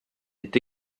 est